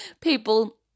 People